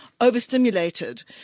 overstimulated